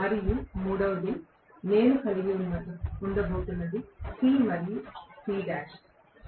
మరియు మూడవది నేను కలిగి ఉండబోతున్నది C మరియు Cl